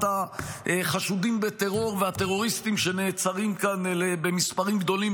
החשודים בטרור והטרוריסטים שנעצרים כאן במספרים גדולים,